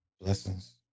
Blessings